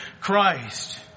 Christ